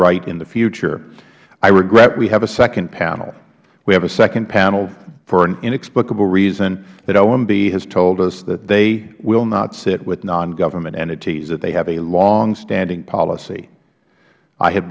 right in the future i regret we have a second panel we have a second panel for an inexplicable reason that omb has told us that they will not sit with non government entities that they have a longstanding policy i ha